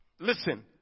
Listen